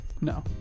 No